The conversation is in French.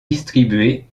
distribué